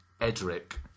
Edric